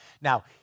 Now